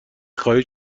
خواهید